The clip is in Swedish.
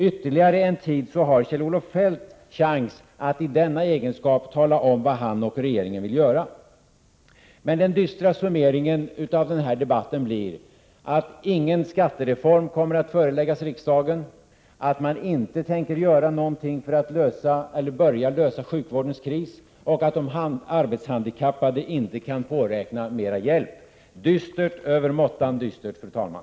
Ytterligare en tid har Kjell-Olof Feldt en chans att i denna egenskap tala om vad han och regeringen vill göra. Men den dystra summeringen av denna debatt blir att regeringen inte kommer att förelägga riksdagen något förslag till skattereform, att regeringen inte tänker göra något för att börja lösa sjukvårdens kris och att de arbetshandikappade inte kan påräkna mer hjälp. Dystert, över måttan dystert, fru talman.